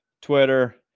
Twitter